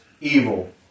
evil